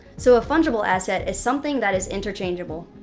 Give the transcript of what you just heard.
so a fungible asset is something that is interchangeable.